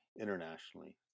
internationally